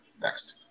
Next